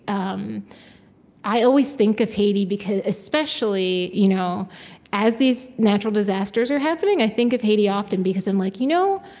um i always think of haiti, because especially you know as these natural disasters are happening, i think of haiti often, because i'm like, you know,